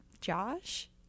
Josh